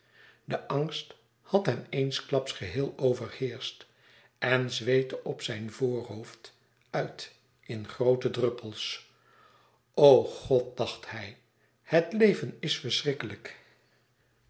de angst had hem eensklaps geheel overheerscht en zweette op zijn voorhoofd uit in groote druppels o god dacht hij het leven is verschrikkelijk